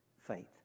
faith